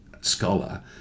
scholar